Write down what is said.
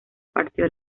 partió